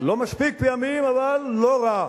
לא מספיק פעמים, אבל לא רע.